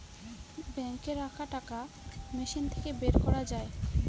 বাঙ্কে রাখা টাকা মেশিন থাকে বের করা যায়